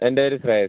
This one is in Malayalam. എൻ്റെ പേര് ശ്രേയസ്